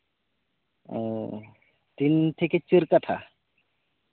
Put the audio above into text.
ᱚᱻ ᱛᱤᱱ ᱛᱷᱮᱠᱮ ᱪᱟᱹᱨ ᱟᱴᱷᱟ